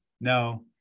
No